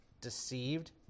deceived